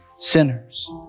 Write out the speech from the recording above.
sinners